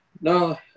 no